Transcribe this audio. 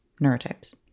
neurotypes